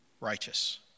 righteous